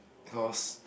cause